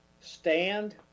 stand